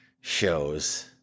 shows